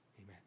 Amen